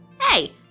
Hey